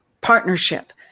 partnership